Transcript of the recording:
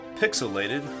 Pixelated